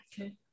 Okay